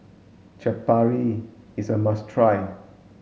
Chaat Papri is a must try